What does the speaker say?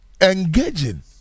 Engaging